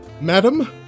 Madam